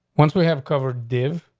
once we have covered div.